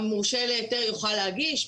המורשה להיתר יוכל להגיש,